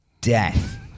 death